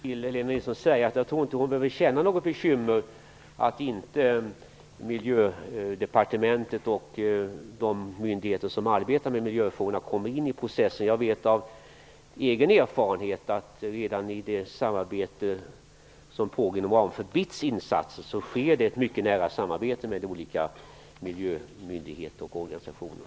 Herr talman! Jag tror inte att Helena Nilsson behöver vara bekymrad över att inte miljödepartementet och de myndigheter som arbetar med miljöfrågor kommer in i processen. Jag vet av egen erfarenhet att redan i det samarbete som pågår inom ramen för BITS insatser sker ett mycket nära samarbete med olika miljöorganisationer.